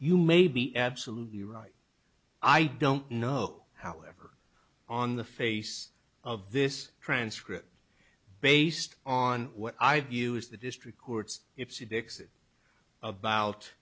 you may be absolutely right i don't know however on the face of this transcript based on what i've used the district courts if she